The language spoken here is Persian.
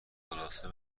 خلاصه